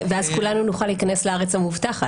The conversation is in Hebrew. ואז כולנו נוכל להיכנס לארץ המובטחת?